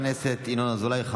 תודה רבה לחבר הכנסת ינון אזולאי,